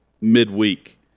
midweek